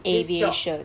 aviation